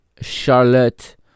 Charlotte